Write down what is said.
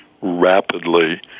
rapidly